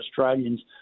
Australians